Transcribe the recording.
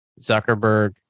Zuckerberg